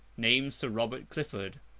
named sir robert clifford,